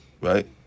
Right